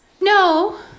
no